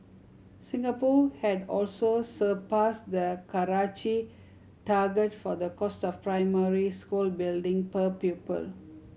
Singapore had also surpassed the Karachi target for the cost of primary school building per pupil